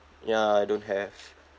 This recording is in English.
ya I don't have